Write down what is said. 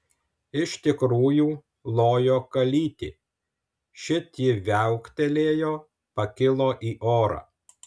iš tikrųjų lojo kalytė šit ji viauktelėjo pakilo į orą